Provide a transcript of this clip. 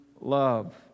love